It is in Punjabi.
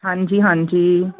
ਹਾਂਜੀ ਹਾਂਜੀ